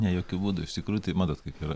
ne jokiu būdu iš tikrųjų tai matot kaip yra